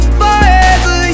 forever